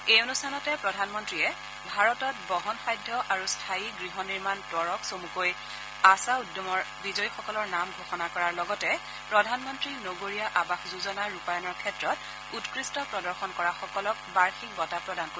এই অনুষ্ঠানতে প্ৰধানমন্তীয়ে ভাৰতত বহনসাধ্য আৰু স্থায়ী গৃহ নিৰ্মাণ ত্বৰক চমুকৈ আশা উদ্যমৰ বিজয়ীসকলৰ নাম ঘোষণা কৰাৰ লগতে প্ৰধানমন্ত্ৰী নগৰীয়া আৱাস যোজনা ৰূপায়ণৰ ক্ষেত্ৰত উৎকৃষ্ট প্ৰদৰ্শন কৰাসকলক বাৰ্যিক বঁটা প্ৰদান কৰিব